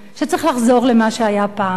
שצריך לחזור למה שהיה פעם,